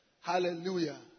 Hallelujah